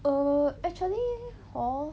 err actually hor